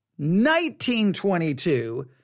1922